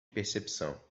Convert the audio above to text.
percepção